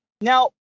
Now